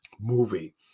movie